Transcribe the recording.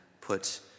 put